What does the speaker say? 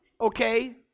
okay